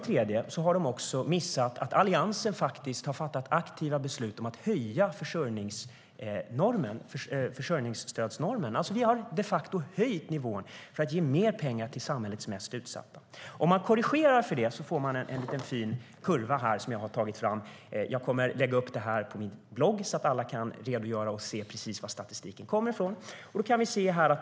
Vidare har de också missat att Alliansen faktiskt har fattat aktiva beslut om att höja försörjningsstödsnormen för att ge mer pengar till samhällets utsatta. Korrigerar man för det får man en fin liten kurva som jag har tagit fram, och jag kommer att lägga upp detta på min blogg så att alla kan se precis var statistiken kommer från.